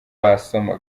wasoma